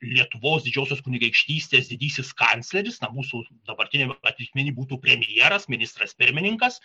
lietuvos didžiosios kunigaikštystės didysis kancleris na mūsų dabartiniam atitikmeny būtų premjeras ministras pirmininkas